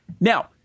Now